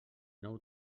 nou